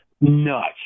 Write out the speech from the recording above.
nuts